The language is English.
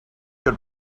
got